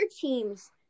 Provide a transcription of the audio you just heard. teams